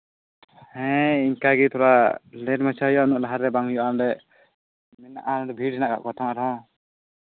ᱮ ᱤᱱᱠᱟᱹ ᱜᱮ ᱛᱷᱚᱲᱟ ᱰᱷᱮᱹᱨ ᱢᱟᱪᱷᱟ ᱜᱮ ᱦᱩᱭᱩᱜᱼᱟ ᱤᱱᱟᱹᱜ ᱞᱟᱦᱟᱨᱮ ᱵᱟᱝ ᱦᱩᱭᱩᱜᱼᱟ ᱚᱸᱰᱮ ᱢᱮᱱᱟᱜᱼᱟ ᱵᱷᱤᱲ ᱨᱮᱱᱟᱜ